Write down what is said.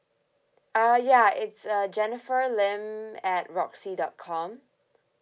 uh ya it's uh jennifer lim at roxy dot com